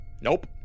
Nope